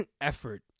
effort